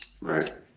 Right